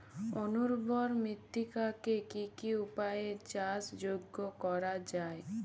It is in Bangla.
অনুর্বর মৃত্তিকাকে কি কি উপায়ে চাষযোগ্য করা যায়?